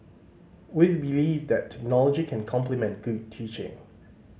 we believe that technology can complement good teaching